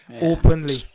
openly